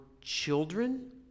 children